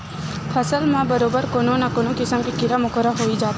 फसल म बरोबर कोनो न कोनो किसम के कीरा मकोरा होई जाथे